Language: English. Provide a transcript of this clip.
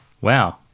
Wow